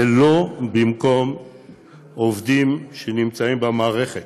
זה לא במקום עובדים שנמצאים במערכת.